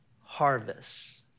harvest